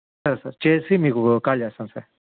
సరే సార్ చేసి మీకు కాల్ చేస్తాను సార్